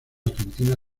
argentina